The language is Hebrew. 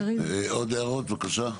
עוד הערות, בבקשה.